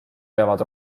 peavad